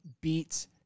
beats